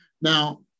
Now